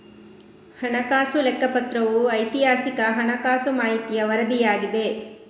ಹಣಕಾಸು ಲೆಕ್ಕಪತ್ರವು ಐತಿಹಾಸಿಕ ಹಣಕಾಸು ಮಾಹಿತಿಯ ವರದಿಯಾಗಿದೆ